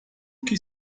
que